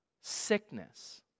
sickness